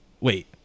wait